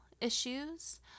issues